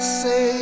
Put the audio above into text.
say